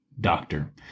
doctor